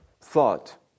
thought